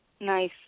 Nice